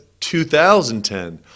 2010